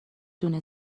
دونه